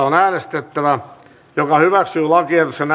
on äänestettävä lakiehdotuksen